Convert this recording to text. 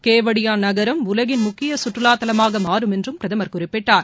கெவாடியா நகரம் உலகின் முக்கிய கற்றுலாத்தலமாக மாறும் என்றும் பிரதமர் குறிப்பிட்டார்